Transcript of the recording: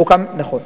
נכון.